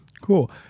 Cool